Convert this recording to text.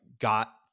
got